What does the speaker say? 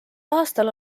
aastal